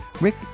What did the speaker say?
Rick